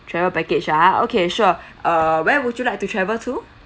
travel package ah okay sure err where would you like to travel to